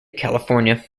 california